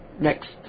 Next